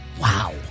Wow